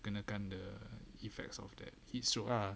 kenakan the effects of that heatstroke ah